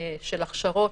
של הכשרות,